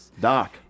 Doc